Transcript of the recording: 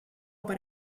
per